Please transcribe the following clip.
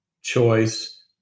choice